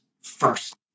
first